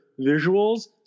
visuals